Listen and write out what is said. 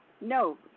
No